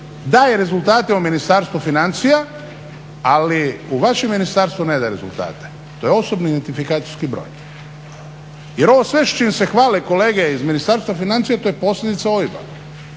daje rezultate o Ministarstvu financija, ali o vašem ministarstvu ne daje rezultate. To je osobni identifikacijski broj. Jer ovo sve s čim se hvale kolege iz Ministarstva financija to je posljedica OIB-a